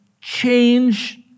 change